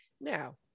Now